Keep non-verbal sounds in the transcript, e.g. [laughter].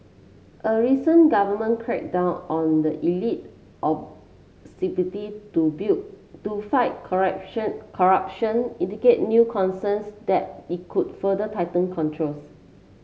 a recent government crackdown on the elite ostensibly to bill to fight correction corruption [unintelligible] new concerns that it could further tighten controls